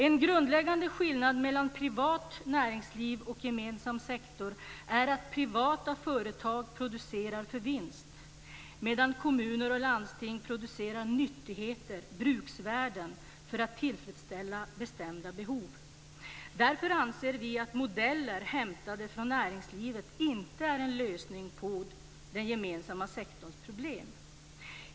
En grundläggande skillnad mellan privat näringsliv och gemensam sektor är att privata företag producerar för vinst, medan kommuner och landsting producerar nyttigheter, bruksvärden, för att tillfredsställa bestämda behov. Därför anser vi att modeller hämtade från näringslivet inte är en lösning på den gemensamma sektorns problem.